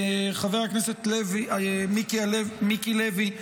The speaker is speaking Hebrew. חבר הכנסת מיקי לוי,